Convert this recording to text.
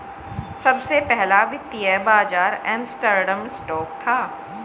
सबसे पहला वित्तीय बाज़ार एम्स्टर्डम स्टॉक था